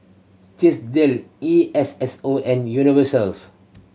Chesdale E S S O and Universals